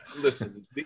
Listen